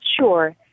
Sure